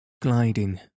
gliding